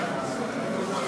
נא לשבת.